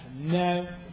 no